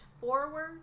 forward